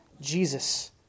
Jesus